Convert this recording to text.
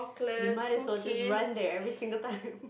you might as well just run there every single time